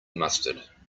mustard